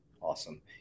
Awesome